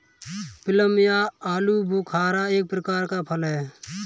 plum या आलूबुखारा एक प्रकार का फल है